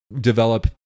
develop